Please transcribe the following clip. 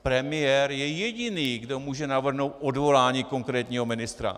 Premiér je jediný, kdo může navrhnout odvolání konkrétního ministra.